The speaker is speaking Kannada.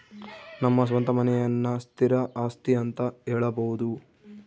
ನಮ್ಮ ಸ್ವಂತ ಮನೆಯನ್ನ ಸ್ಥಿರ ಆಸ್ತಿ ಅಂತ ಹೇಳಬೋದು